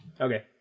Okay